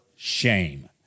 shame